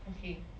okay